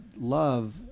love